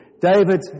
David